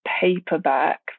paperback